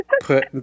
put